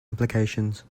implications